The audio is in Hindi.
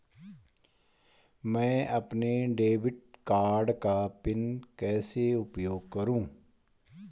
मैं अपने डेबिट कार्ड का पिन कैसे उपयोग करूँ?